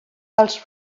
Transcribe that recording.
els